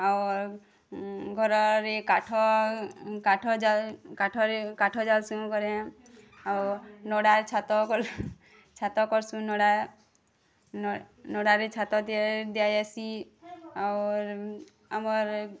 ଅର୍ ଘରରେ କାଠ କାଠ ଜାଲି କାଠରେ କାଠ ଜାଲିସୁଁ କରେଁ ଆଉ ନଡ଼ା ଛାତ କଲେ ଛାତ କର୍ସୁଁ ନଡ଼ା ନଡ଼ା ନଡ଼ାରେ ଛାତ ଦିଆ ଦିଆ ଯାସି ଅର୍ ଆମର୍